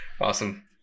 awesome